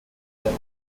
nach